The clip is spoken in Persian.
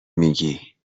میگیی